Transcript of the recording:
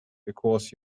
because